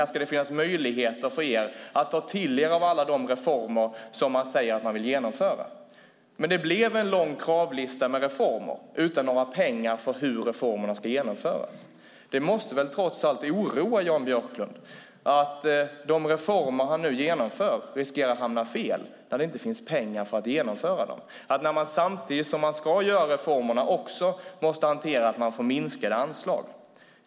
Här ska det finnas möjligheter för er att ta till er av alla de reformer som vi vill genomföra. Det blev dock en lång kravlista med reformer utan några pengar till att genomföra dem. Det måste väl trots allt oroa Jan Björklund att de reformer han nu genomför riskerar att hamna fel när det inte finns pengar till att genomföra dem, att man samtidigt som man ska genomföra reformerna också måste hantera att man får minskade anslag.